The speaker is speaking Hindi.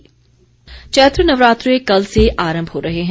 नवरात्रे चैत्र नवरात्रे कल से आरंभ हो रहे हैं